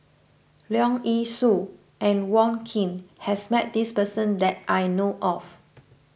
Leong Yee Soo and Wong Keen has met this person that I know of